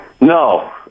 No